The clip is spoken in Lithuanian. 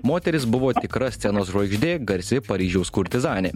moteris buvo tikra scenos žvaigždė garsi paryžiaus kurtizanė